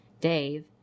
Dave